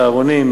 צהרונים,